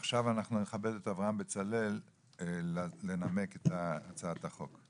עכשיו נכבד את חבר הכנסת אברהם בצלאל לנמק את הצעת החוק.